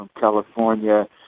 California